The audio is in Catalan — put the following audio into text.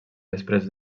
després